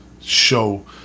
show